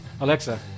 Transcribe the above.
Alexa